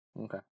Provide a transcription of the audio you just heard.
Okay